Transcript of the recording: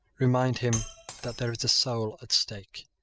remind him that there is a soul at stake.